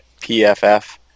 PFF